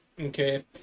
Okay